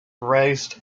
raced